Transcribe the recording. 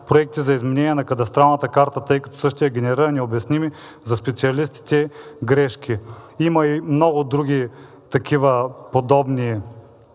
проекти за изменение на кадастралната карта, тъй като генерира необясними за специалистите грешки. Има и много други такива подобни